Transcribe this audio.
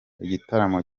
igitaramo